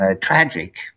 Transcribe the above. tragic